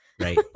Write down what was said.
Right